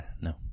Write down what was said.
No